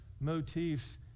motifs